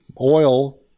oil